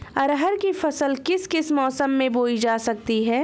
अरहर की फसल किस किस मौसम में बोई जा सकती है?